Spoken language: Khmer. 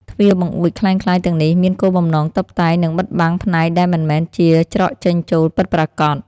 ទ្វារបង្អួចក្លែងក្លាយទាំងនេះមានគោលបំណងតុបតែង និងបិទបាំងផ្នែកដែលមិនមែនជាច្រកចេញចូលពិតប្រាកដ។